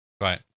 Right